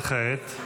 וכעת?